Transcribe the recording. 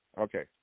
Okay